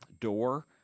door